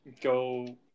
go